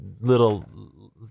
little